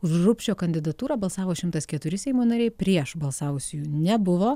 už rupšio kandidatūrą balsavo šimtas keturi seimo nariai prieš balsavusiųjų nebuvo